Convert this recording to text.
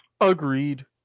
Agreed